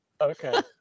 Okay